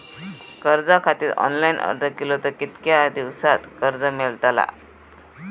कर्जा खातीत ऑनलाईन अर्ज केलो तर कितक्या दिवसात कर्ज मेलतला?